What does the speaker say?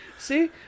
See